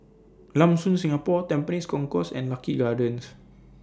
Lam Soon Singapore Tampines Concourse and Lucky Gardens